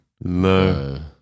No